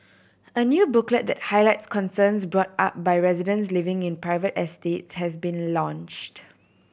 a new booklet that highlights concerns brought up by residents living in private estates has been launched